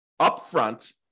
upfront